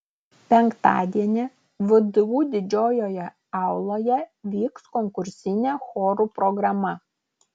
penktadienį vdu didžiojoje auloje vyks konkursinė chorų programa